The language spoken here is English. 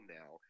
now